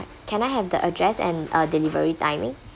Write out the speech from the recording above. can I have the address and uh delivery timing